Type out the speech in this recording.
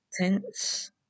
tense